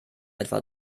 etwa